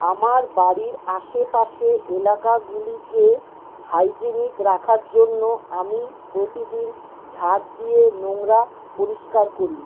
আমার বাড়ির আশেপাশে এলাকাগুলিকে হাইজিনিক রাখার জন্য আমি প্রতিদিন ঝাঁট দিয়ে নোংরা পরিষ্কার করি